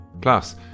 Plus